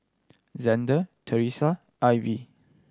Xander Theresia Ivy